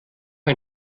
ein